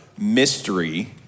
mystery